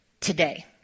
today